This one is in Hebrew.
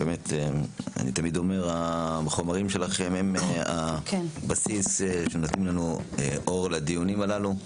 אני תמיד אומר: החומרים שלכם הם הבסיס שנותנים לנו אור לדיונים האלה.